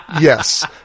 Yes